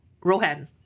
Rohan